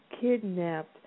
kidnapped